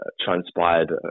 transpired